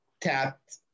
tapped